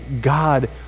God